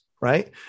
right